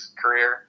career